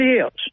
else